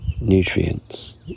nutrients